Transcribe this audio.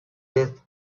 this